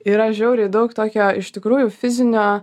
yra žiauriai daug tokio iš tikrųjų fizinio